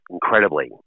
Incredibly